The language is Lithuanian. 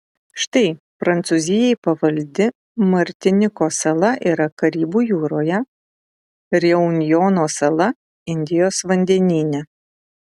štai prancūzijai pavaldi martinikos sala yra karibų jūroje reunjono sala indijos vandenyne